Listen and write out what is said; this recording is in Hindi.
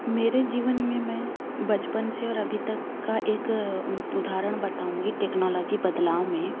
मेरे जीवन में मैं बचपन से और अभी तक का एक उदाहरण बताऊँगी टेक्नोलॉजी बदलाव में